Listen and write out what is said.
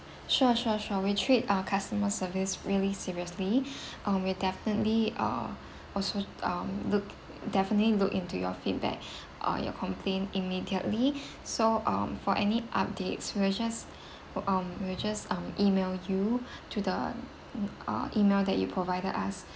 sure sure sure we treat our customer service really seriously uh we'll definitely uh also um look definitely look into your feedback uh your complaint immediately so um for any updates we'll just um we'll just um email you to the ah email that you provided us